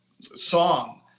song